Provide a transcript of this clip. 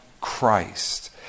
Christ